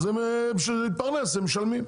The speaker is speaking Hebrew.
בשביל להתפרנס הם משלמים,